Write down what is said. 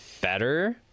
better